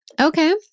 Okay